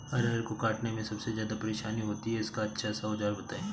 अरहर को काटने में सबसे ज्यादा परेशानी होती है इसका अच्छा सा औजार बताएं?